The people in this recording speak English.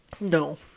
no